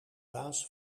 baas